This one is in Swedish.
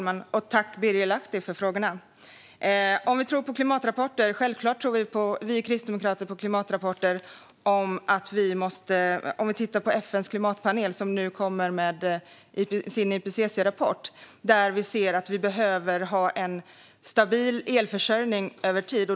Fru talman! Jag tackar Birger Lahti för frågorna. Vi kristdemokrater tror självklart på rapporten från FN:s klimatpanel, som visar att vi behöver ha en stabil elförsörjning över tid.